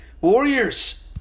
warriors